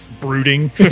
brooding